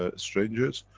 ah strangers.